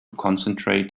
concentrate